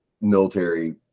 military